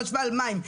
חשמל ומים,